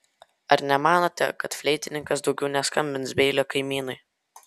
ar nemanote kad fleitininkas daugiau neskambins beilio kaimynui